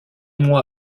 mois